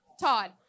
Todd